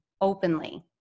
openly